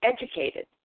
educated